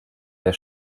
der